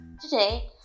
Today